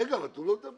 רגע, אבל תנו לו לדבר.